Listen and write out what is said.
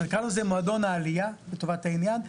מועדון העלייה לטובת העניין,